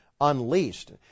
unleashed